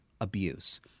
abuse